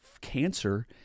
cancer